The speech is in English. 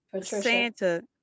Santa